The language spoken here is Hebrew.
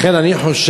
לכן אני חושב,